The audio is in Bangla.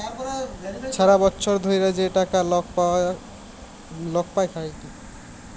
ছারা বচ্ছর ধ্যইরে যে টাকা লক পায় খ্যাইটে